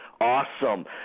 awesome